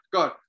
God